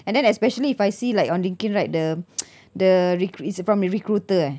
and then especially if I see like on linkedin right the the recruit is from a recruiter eh